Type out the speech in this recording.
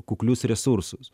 kuklius resursus